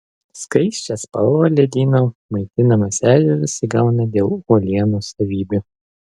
skaisčią spalvą ledyno maitinamas ežeras įgauna dėl uolienų savybių